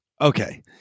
Okay